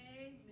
Amen